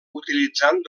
utilitzant